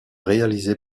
réalisé